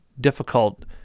difficult